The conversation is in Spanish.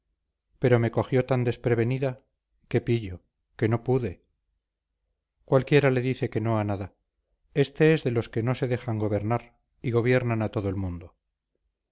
pero me cogió tan desprevenida qué pillo que no pude cualquiera le dice que no a nada este es de los que no se dejan gobernar y gobiernan a todo el mundo